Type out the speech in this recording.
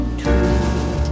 true